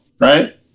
Right